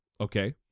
Okay